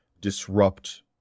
disrupt